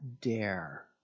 dare